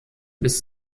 bis